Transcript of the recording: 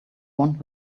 want